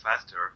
faster